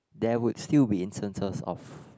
there would still be instances of